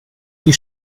die